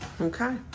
Okay